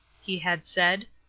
he had said,